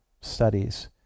Studies